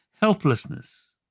helplessness